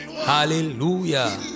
hallelujah